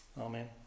Amen